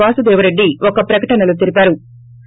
వాసుదేవరెడ్డి ఒక ప్రకటనలో తెలిపారు